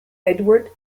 edward